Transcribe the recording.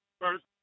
first